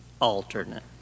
alternate